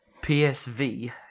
PSV